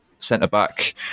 centre-back